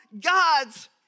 God's